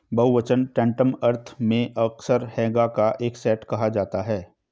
बहुवचन टैंटम अर्थ में अक्सर हैगा का एक सेट कहा जाता है